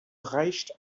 reich